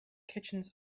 kitchens